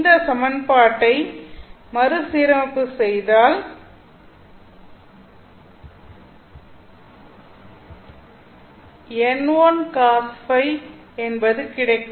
இந்த சமன்பாட்டை மறுசீரமைப்பு செய்தால் n1CosØ என்பது கிடைக்கும்